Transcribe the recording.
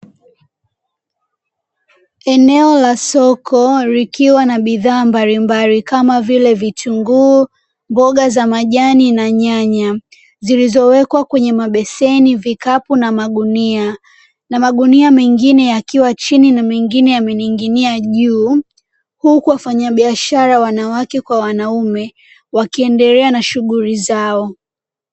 Eneo la soko likiwa na bidhaa mbalimbali kama vile vitunguu, mboga za majani na nyanya zilizowekwa kwenye mabeseni, vikapu na magunia, na magunia mengine yakiwa chini na mengine yamening'inia juu huku wafanyabiashara wanawake kwa wanaume wakiendelea na shughuli zao.